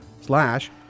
slash